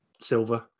silver